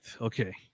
Okay